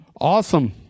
Awesome